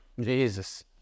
Jesus